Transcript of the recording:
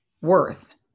worth